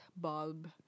bulb